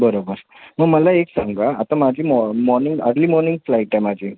बरोबर मग मला एक सांगा आता माझी मॉ मॉर्निंग अर्ली मॉर्निंग फ्लाईट आहे माझी